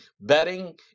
betting